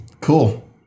Cool